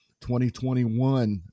2021